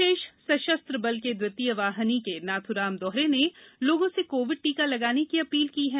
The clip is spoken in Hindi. विशेष सशस्त्र बल के द्वितीय वाहनी नाथू राम दोहरे ने लोगों से कोविड टीका लगवाने की अपील की है